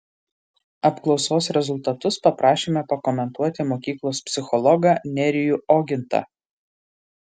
apklausos rezultatus paprašėme pakomentuoti mokyklos psichologą nerijų ogintą